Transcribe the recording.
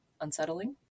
unsettling